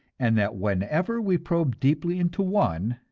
and that whenever we probe deeply into one,